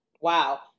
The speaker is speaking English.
wow